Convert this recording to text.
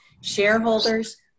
shareholders